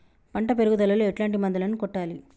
పంట పెరుగుదలలో ఎట్లాంటి మందులను కొట్టాలి?